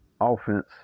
offense